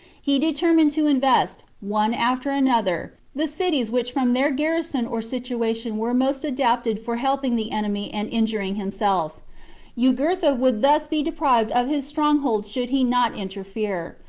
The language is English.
he determined to invest, one after another, the cities which from their garrison or situation were most adapted for helping the enemy and injuring himself jugurtha would thus be deprived of his strongholds should he not interfere,